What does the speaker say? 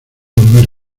volver